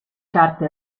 carte